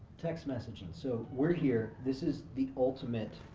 text messaging, so we're here, this is the ultimate,